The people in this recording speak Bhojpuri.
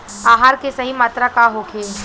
आहार के सही मात्रा का होखे?